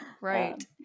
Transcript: right